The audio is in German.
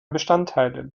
bestandteile